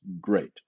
great